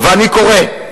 ואני קורא,